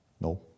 No